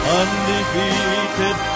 undefeated